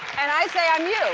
and i say i'm you know